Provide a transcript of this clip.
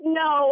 no